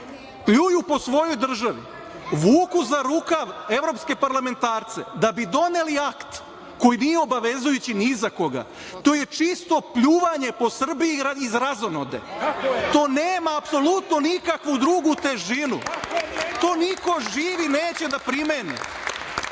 pljuju po svojoj državi, vuku za rukav evropske parlametarce da bi doneli akt koji nije obavezujući ni za koga, to je čisto pljuvanje po Srbiji iz razonode. To nema apsolutno nikakvu drugu težinu. To niko živi neće da primeni.